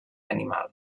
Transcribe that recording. animal